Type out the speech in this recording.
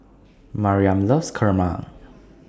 Mariam loves Kurma